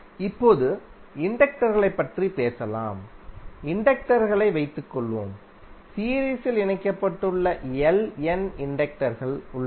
இப்போது இண்டக்டர்களைப் பற்றி பேசலாம் இண்டக்டர்களை வைத்துக்கொள்வோம்சீரீஸில் இணைக்கப்பட்டுள்ளLn இண்டக்டர்கள் உள்ளன